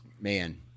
man